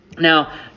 Now